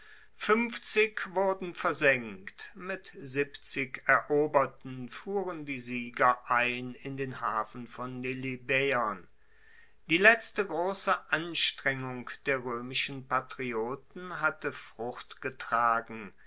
fuenfzig wurden versenkt mit siebzig eroberten fuhren die sieger ein in den hafen von lilybaeon die letzte grosse anstrengung der roemischen patrioten hatte frucht getragen